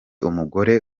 umugore